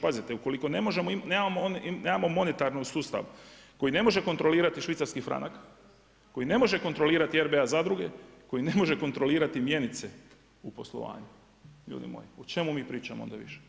Pazite, ukoliko nemamo monetarni sustav, koji ne može kontrolirati švicarski franak, koji ne može kontrolirati RBA zadruge, koji ne može kontrolirati mjenice u poslovanju, ljudi moji, o čemu mi pričamo onda više.